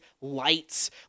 lights